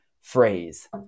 phrase